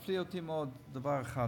מפליא אותי מאוד דבר אחד.